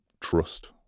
trust